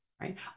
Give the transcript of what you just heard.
right